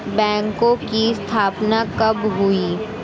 बैंकों की स्थापना कब हुई?